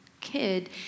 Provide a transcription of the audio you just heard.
kid